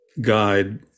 guide